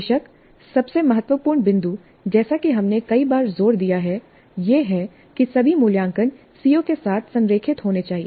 बेशक सबसे महत्वपूर्ण बिंदु जैसा कि हमने कई बार जोर दिया है यह है कि सभी मूल्यांकन सीओ के साथ संरेखित होने चाहिए